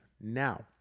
Now